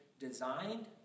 Designed